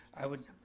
i would.